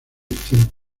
tiempo